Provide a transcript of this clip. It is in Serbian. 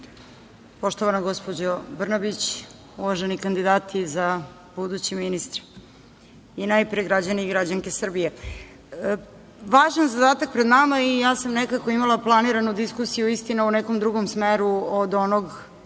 poštovana gospođo Brnabić, uvaženi kandidati za buduće ministre i najpre građani i građanke Srbije, važan zadatak je pred nama i ja sam nekako imala planiranu diskusiju, istina, u nekom drugom smeru od onog